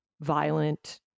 violent